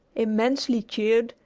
immensely cheered,